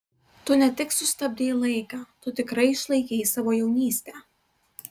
tu ne tik sustabdei laiką tu tikrai išlaikei savo jaunystę